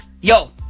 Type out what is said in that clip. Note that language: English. Yo